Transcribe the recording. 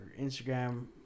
Instagram